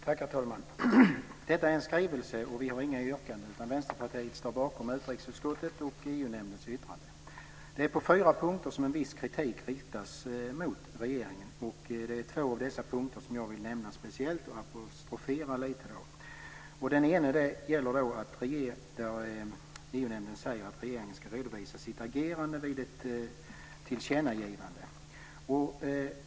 Herr talman! Detta är en skrivelse, och vi har inga yrkanden, utan Vänsterpartiet står bakom utrikesutskottet och EU-nämndens yttrande. Det är på fyra punkter som en viss kritik riktas mot regeringen, och det är två av dessa punkter som jag vill nämna speciellt och apostrofera lite. Den ena punkten gäller att EU-nämnden säger att regeringen ska redovisa sitt agerande vid ett tillkännagivande.